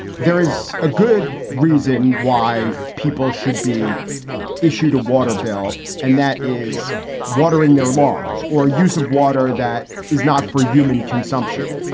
there is a good reason why people should be issued a water bill and that is watering their lawns or use of water that is not for human consumption.